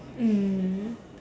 mm